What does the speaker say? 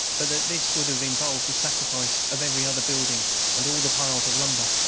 but that this would have involved the sacrifice of every other building and all the piles of lumber,